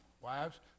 wives